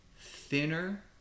thinner